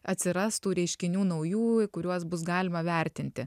atsirastų reiškinių naujų į kuriuos bus galima vertinti